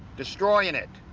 destroying it.